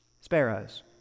sparrows